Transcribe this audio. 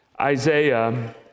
Isaiah